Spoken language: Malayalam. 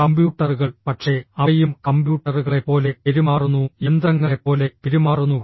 കമ്പ്യൂട്ടറുകൾ പക്ഷേ അവയും കമ്പ്യൂട്ടറുകളെപ്പോലെ പെരുമാറുന്നു യന്ത്രങ്ങളെപ്പോലെ പെരുമാറുന്നു